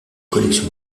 collection